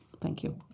thank you.